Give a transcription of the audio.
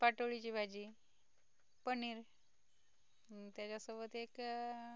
पाटोळीची भाजी पनीर त्याच्यासोबत एक